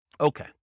Okay